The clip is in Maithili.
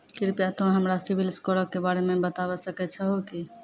कृपया तोंय हमरा सिविल स्कोरो के बारे मे बताबै सकै छहो कि?